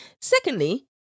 Secondly